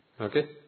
Okay